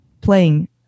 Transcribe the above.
playing